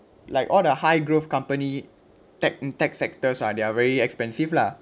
like all the high growth company tech tech sectors ah they are very expensive lah